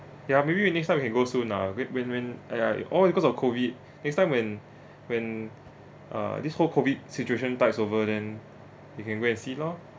ya maybe you next time we go soon ah wait when when !aiya! all because of COVID next time when when ah this whole COVID situation tides over then we can go and see lor